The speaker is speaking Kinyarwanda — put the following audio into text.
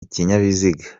ikinyabiziga